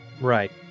right